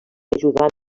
ajudant